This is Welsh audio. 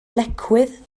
lecwydd